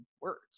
words